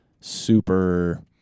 super